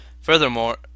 furthermore